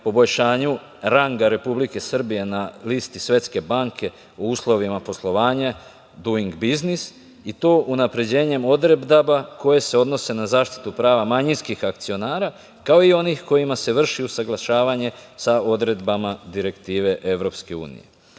poboljšanju ranga Republike Srbije na listi Svetske banke u uslovima poslovanja Duing biznis i to unapređenje odredbama koje se odnose na zaštitu prava manjinskih akcionara, kao i onih kojima se vrši usaglašavanje sa odredbama direktive EU.